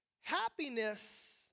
happiness